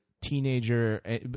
teenager